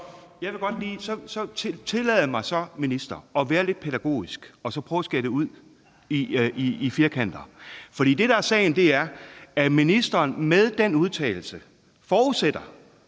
jeg mig, vil jeg sige til ministeren, at være lidt pædagogisk og prøve at skære det ud i firkanter. For det, der er sagen, er, at ministeren med den udtalelse forudsætter,